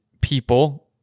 people